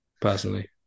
personally